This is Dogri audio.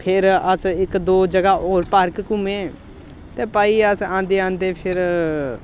फिर अस इक दो ज'गा होर पार्क घुम्मे ते भाई अस औंदे औंदे फिर